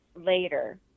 later